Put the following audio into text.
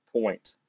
point